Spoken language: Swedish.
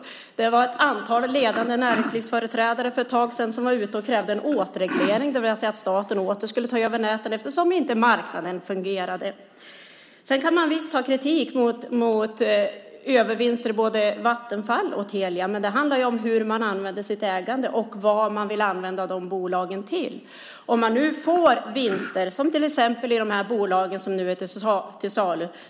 För ett tag sedan var det ett antal ledande näringslivsföreträdare som gick ut och krävde en återreglering, det vill säga att staten åter skulle ta över näten eftersom marknaden inte fungerade. Visst kan man ha kritik mot övervinster i både Vattenfall och Telia, men det handlar om hur vi använder vårt ägande och vad vi vill använda de bolagen till. I fjol fick vi 66 miljarder i vinst i de bolag som nu är till salu.